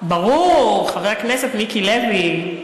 ברור, חבר הכנסת מיקי לוי,